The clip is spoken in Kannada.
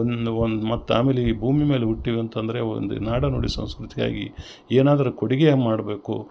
ಒಂದು ಒಂದು ಮತ್ತು ಆಮೇಲೆ ಈ ಭೂಮಿ ಮೇಲೆ ಹುಟ್ಟಿದಂತಂದರೆ ಒಂದು ನಾಡನುಡಿ ಸಂಸ್ಕೃತಿಗಾಗಿ ಏನಾದ್ರ ಕೊಡುಗೆ ಮಾಡಬೇಕು